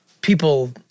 people